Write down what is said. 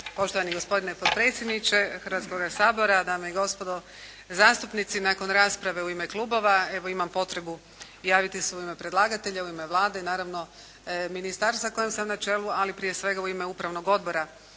Poštovani gospodine potpredsjedniče Hrvatskoga sabora, dame i gospodo zastupnici. Nakon rasprave u ime klubova evo imam potrebu javiti se u ime predlagatelja, u ime Vlade naravno ministarstva kojem sam na čelu, ali prije svega u ime Upravnog odbora